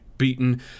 beaten